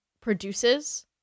produces